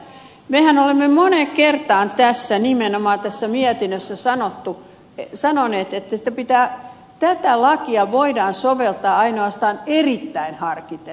mehän olemme moneen kertaan nimenomaan tässä mietinnössä sanoneet että tätä lakia voidaan soveltaa ainoastaan erittäin harkiten